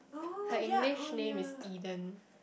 her English name is Eden